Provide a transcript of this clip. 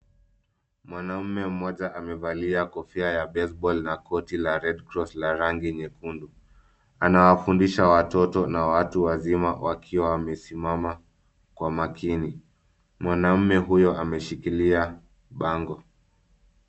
Mwanamume mmoja amevalia kofia ya baseball[ca] na koti la Red Cross la rangi nyekundu. Anawafundisha watoto na watu wazima wakiwa wamesimama kwa makini. Mwanamume huyu ameshikilia bango.